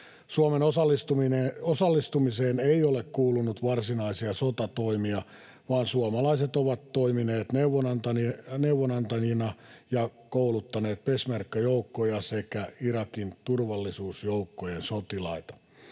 Suomen osallistumiseen ei ole kuulunut varsinaisia sotatoimia, vaan suomalaiset ovat toimineet neuvonantajina ja kouluttaneet peshmerga-joukkoja sekä Irakin turvallisuusjoukkojen sotilaita.